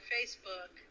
Facebook